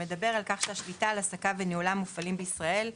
שמדבר על כך ש-"השליטה על עסקיו וניהולם מופעלים בישראל,